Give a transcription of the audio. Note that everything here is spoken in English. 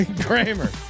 Kramer